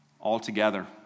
altogether